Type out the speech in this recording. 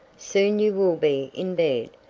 soon you will be in bed.